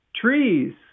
Trees